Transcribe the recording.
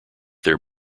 their